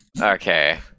Okay